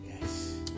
Yes